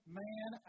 man